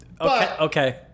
Okay